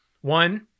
One